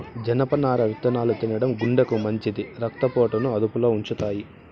జనపనార విత్తనాలు తినడం గుండెకు మంచిది, రక్త పోటును అదుపులో ఉంచుతాయి